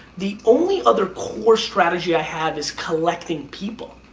the only other core strategy i have is collecting people.